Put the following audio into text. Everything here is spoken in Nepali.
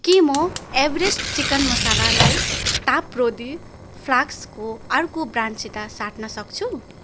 के म एभ्रेस्ट चिकन मसालालाई तापरोधि फ्लास्कको अर्को ब्रान्डसित साट्न सक्छु